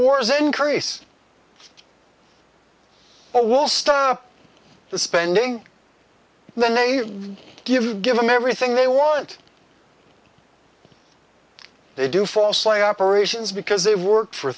wars increase or will stop the spending then they give give them everything they want they do falsely operations because they work for